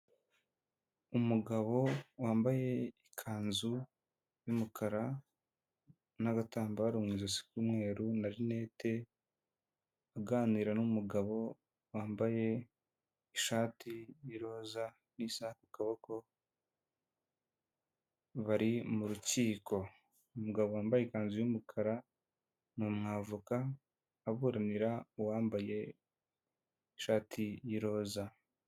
Umugabo wambaye ikanzu y'umukara n'agatambaro mu ijosi k'umweru na rinete aganira n'umugabo wambaye ishati y'iroza n'isaha ku kaboko bari mu rukiko, umugabo wambaye ikanzu y'umukara ni umwavoka aburanira uwambaye ishati y'iroza.